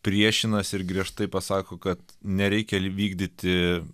priešinasi ir griežtai pasako kad nereikia vykdyti